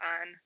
on